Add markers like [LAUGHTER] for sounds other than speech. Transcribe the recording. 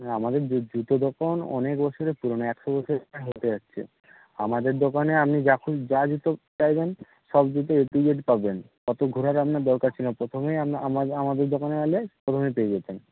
আমাদের জুতো দোকান অনেক বছরের পুরনো একশো বছর প্রায় হতে যাচ্ছে আমাদের দোকানে আপনি যা [UNINTELLIGIBLE] যা জুতো চাইবেন সব জুতো এ টু জেড পাবেন অতো ঘোরার আপনার দরকার ছিলো না প্রথমেই আমাদের দোকানে এলে প্রথমেই পেয়ে যেতেন